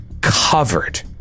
covered